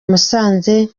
musanze